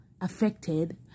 affected